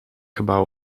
gebouw